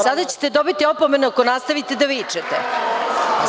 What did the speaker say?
Sada ćete dobiti opomenu ako nastavite da vičete.